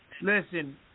Listen